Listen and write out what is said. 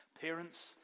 Parents